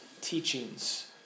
teachings